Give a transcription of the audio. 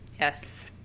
Yes